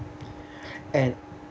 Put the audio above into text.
and